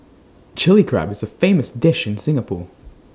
Chilli Crab is A famous dish in Singapore